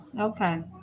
okay